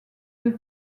deux